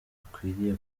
ikwiriye